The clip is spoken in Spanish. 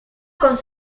con